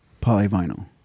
polyvinyl